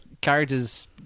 characters